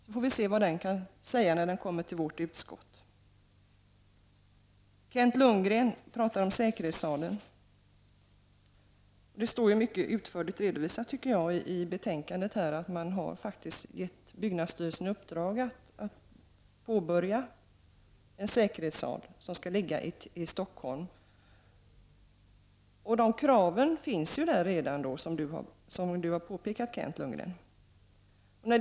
Vi får se vad den innehåller när den kommer till vårt utskott. Kent Lundgren talade om säkerhetssalen. Det står mycket utförligt redovisat i betänkandet att man givit byggnadsstyrelsen i uppdrag att påbörja arbetet med en säkerhetssal i Stockholm. Därigenom tillgodoses de krav som Kent Lundgren framfört.